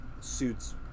suits